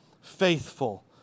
faithful